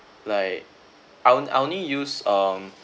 like I on I only use um